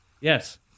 Yes